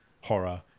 horror